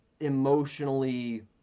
emotionally